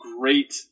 great